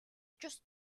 just